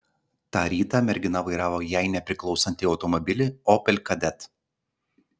tą rytą mergina vairavo jai nepriklausantį automobilį opel kadett